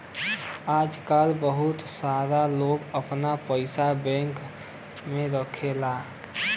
आजकल बहुत सारे लोग आपन पइसा बैंक में रखला